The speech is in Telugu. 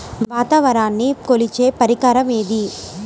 వాతావరణాన్ని కొలిచే పరికరం ఏది?